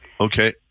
Okay